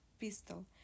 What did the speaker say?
pistol